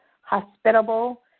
hospitable